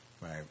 Right